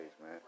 man